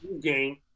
game